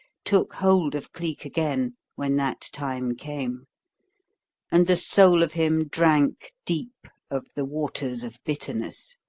took hold of cleek again when that time came and the soul of him drank deep of the waters of bitterness.